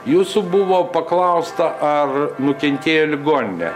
jūsų buvo paklausta ar nukentėjo ligoninė